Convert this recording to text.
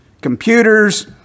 computers